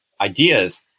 ideas